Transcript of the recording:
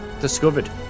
discovered